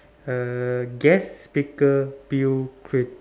uh guest speaker Bill Clin~